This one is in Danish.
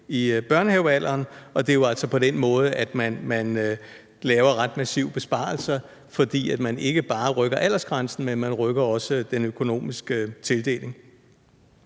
i børnehavealderen, og det er jo altså på den måde, man laver ret massive besparelser, fordi man ikke bare rykker aldersgrænsen, men også den økonomiske tildeling.